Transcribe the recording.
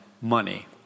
money